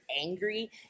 angry